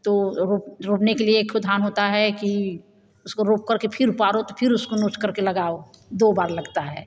तो रोपने के लिए एक ठो धान होता है कि उसको रोप कर के फिर उपारो तो फिर उसको नोच कर के लगाओ दो बार लगता है